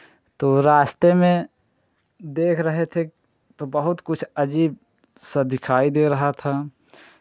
तो रास्ते में देख रहे थे तो बहुत कुछ अजीब सा दिखाई दे रहा था